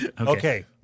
Okay